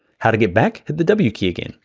how to get back, hit the w key again.